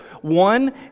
One